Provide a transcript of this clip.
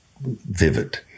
vivid